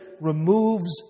removes